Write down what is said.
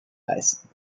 leisten